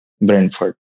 Brentford